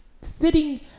sitting